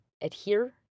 adhere